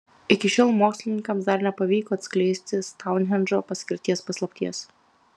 iki šiol mokslininkams dar nepavyko atskleisti stounhendžo paskirties paslapties